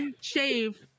shave